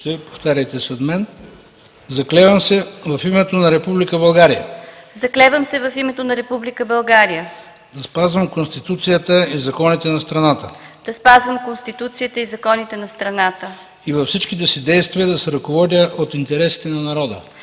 ДАНИЕЛА БОБЕВА: „Заклевам се в името на Република България да спазвам Конституцията и законите на страната и във всичките си действия да се ръководя от интересите на народа.